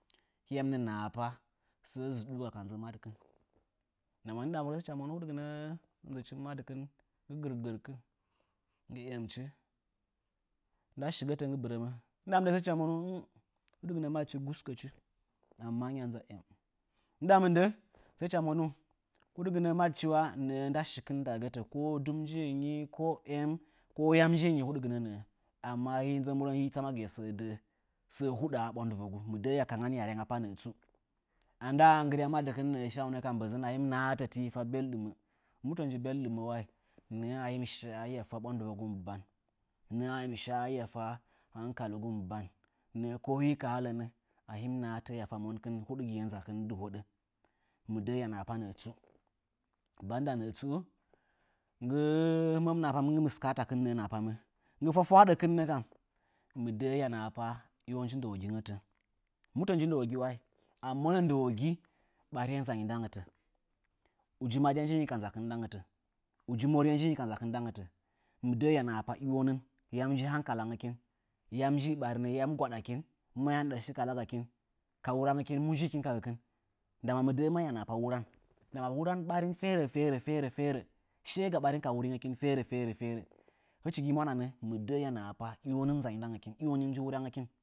Hiya mɨnə nahapa səə zɨɗuuga ka nzə madɨkɨn ndama ndɨɗa mɨndə hɨcha monuu, huɗgɨnə nzɨchi madɨkɨn nggɨ gɨr gɨr kɨn. Ndɨɗa mɨ ndə tsu nggɨ emchi. Ndɨɗa mɨndə hɨcha monuu huɗgɨnə madɨchi guskəchi ammo manya nza em. Ndɨɗa mɨndə hɨcha monə huɗgɨnə wa madɨchi nəə nda shikɨn ndagətə ko dum njiinyi ko em ko yam njninyi. Amma hii nzə murən hii mɨ tsama səə huɗaa, səə aɓwandɨvəgu. Mɨ dəə hiya kangan hiya ryangapa nəə tsu. Andaa nggɨrya madɨkɨn kɨe shaaunə ka mbəzkɨn kii fa belɗmmɨ. Mu tə nji belɗuwi tə wayi? Nəə a hii mɨ shi hiya faɓwandɨvəgi mɨ ban, a hii mɨ shi hangkaligu mɨ ban, nəə ko hii mɨ nahatə ko nii ka ha lənə hii ta mankɨn huɗgɨye nzakɨn dɨwoɗə. Sai hiya nahapa nəə tsu. Banda nəə tsuu ngɨ mɨskaata nii nahapamə. Nggɨ fwafwaaɗakɨnnə kam, mɨ dəə hiya nahapa iwo nji ndəwogingətə? Mutə nji ndəwogi tə wayi. Amɨ monə ndəwogi, ɓariye nzany ndangətə uji madiye nzanyi nɗangətə, uji moriye nzinyi ka nzakɨn ndangətə. Mɨ də'ə hiya nahada yam nji hamkakgəkin? Yam nji gwaɗakɨn? Ndɨɗangən shi kalagakin? Ka wurangəkin mu njiikin ka gəkɨn? Mɨ dəə hiya nahapa wuran, ndama wuran baa wura ɓarin ferə ferə, shiye ga ɓarin ka wurangəkin ferə ferə. Hɨchi mi mwanamɨn mɨ də'ə hiya nahapa iwo nii nzanyi ndakin, i wonii nji wurangəkin?